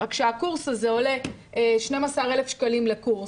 רק שהקורס הזה עולה 12,000 שקלים לקורס.